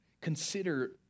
Consider